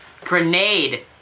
Grenade